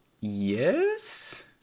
Yes